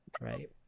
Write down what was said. Right